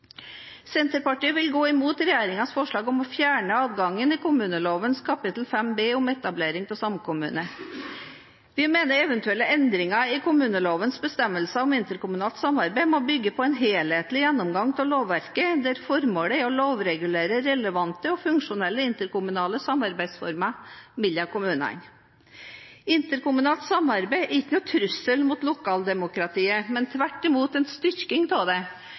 Senterpartiet vil gå imot regjeringens forslag om å fjerne adgangen i kommuneloven kapittel 5 B om etablering av samkommune. Vi mener eventuelle endringer i kommunelovens bestemmelser om interkommunalt samarbeid må bygge på en helhetlig gjennomgang av lovverket, der formålet er å lovregulere relevante og funksjonelle interkommunale samarbeidsformer mellom kommunene. Interkommunalt samarbeid er ikke noen trussel mot lokaldemokratiet, men tvert imot en styrking av det